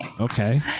Okay